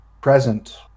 present